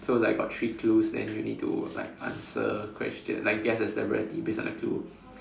so like got three clues then you need to like answer question like guess the celebrity based on the clue